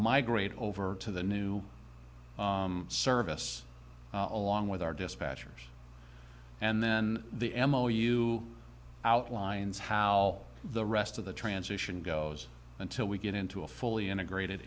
migrate over to the new service along with our dispatchers and then the m o u outlines how the rest of the transition goes until we get into a fully integrated